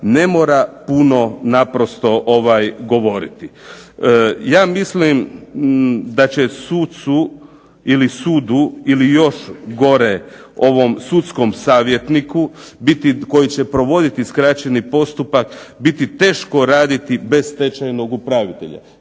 ne mora puno naprosto govoriti. Ja mislim da će sucu ili sudu ili još gore ovom sudskom savjetniku biti, koji će provoditi skraćeni postupak, biti teško raditi bez stečajnog upravitelja.